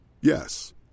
Yes